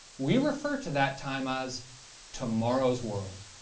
we refer to that time as tomorrow's world.